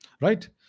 right